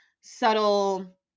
subtle